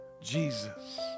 Jesus